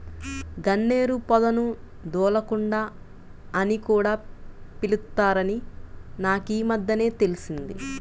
గన్నేరు పొదను దూలగుండా అని కూడా పిలుత్తారని నాకీమద్దెనే తెలిసింది